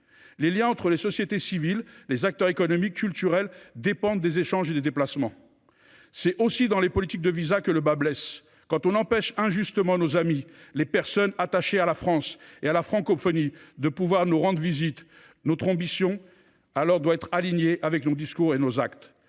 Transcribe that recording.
Les liens entre les sociétés civiles et les acteurs économiques et culturels dépendent des échanges et des déplacements. C’est aussi par les politiques de visas que le bât blesse, quand on empêche injustement nos amis, les personnes attachées à la France et à la francophonie, de nous rendre visite. Notre ambition doit être alignée avec nos discours et nos actes.